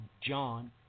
John